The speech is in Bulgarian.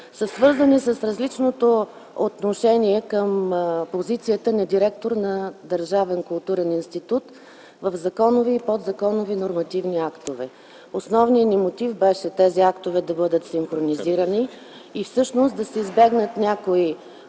са свързани с различното отношение към позицията на директор на държавен културен институт в законови и подзаконови нормативни актове. Основният ни мотив беше тези актове да бъдат синхронизирани и да се избегнат някои